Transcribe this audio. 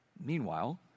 Meanwhile